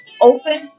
open